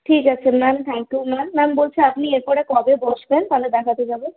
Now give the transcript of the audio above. ঠিক আছে ma'am thank you ma'am ma'am বলছি আপনি এরপরে কবে বসবেন তাহলে দেখাতে যাব